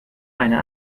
eine